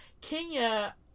Kenya